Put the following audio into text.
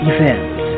Events